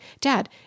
dad